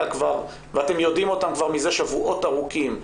כבר ואתם יודעים אותם כבר מזה שבועות ארוכים,